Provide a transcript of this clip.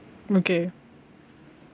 okay